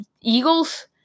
Eagles